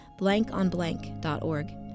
blankonblank.org